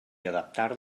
adaptar